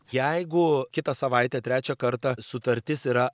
jeigu kitą savaitę trečią kartą sutartis yra